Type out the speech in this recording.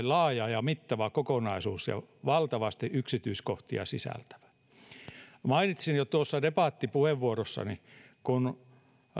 laaja ja mittava kokonaisuus ja valtavasti yksityiskohtia sisältävä mainitsin jo tuossa debattipuheenvuorossani kun